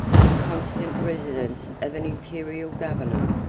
the constant residence of an imperial governor,